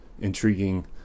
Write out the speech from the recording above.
intriguing